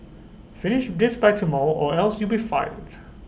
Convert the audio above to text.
finish this by tomorrow or else you'll be fired